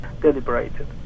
deliberated